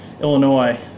Illinois